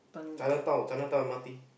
Chinatown Chinatown M_R_T